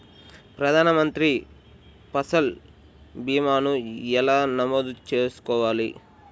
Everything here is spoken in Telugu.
ప్రధాన మంత్రి పసల్ భీమాను ఎలా నమోదు చేసుకోవాలి?